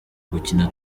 gukina